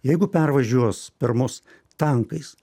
jeigu pervažiuos per mus tankais